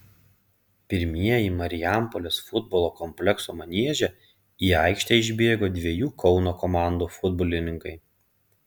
pirmieji marijampolės futbolo komplekso manieže į aikštę išbėgo dviejų kauno komandų futbolininkai